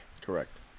Correct